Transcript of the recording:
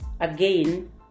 again